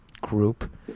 group